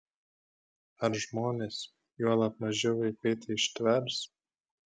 ar žmonės juolab maži vaikai tai ištvers